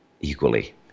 equally